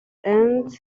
and